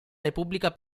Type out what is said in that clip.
repubblica